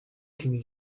king